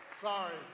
Sorry